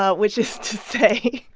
ah which is to say.